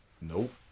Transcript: Nope